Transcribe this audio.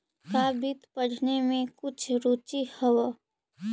का वित्त पढ़ने में कुछ रुचि हवअ